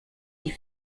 die